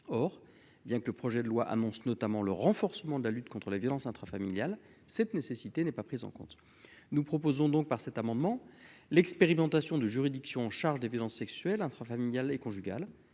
or, bien que le projet de loi annonce notamment le renforcement de la lutte contre les violences intrafamiliales cette nécessité n'est pas pris en compte, nous proposons donc par cet amendement, l'expérimentation de juridiction en charge des violences sexuelles intrafamiliales et conjugales